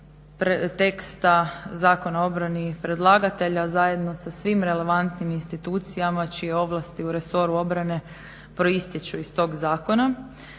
teksta Zakona o obrani predlagatelja zajedno sa svim relevantnim institucijama čije ovlasti u resoru obrane proističu iz toga zakona,